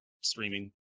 streaming